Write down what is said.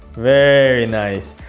very nice!